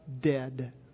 dead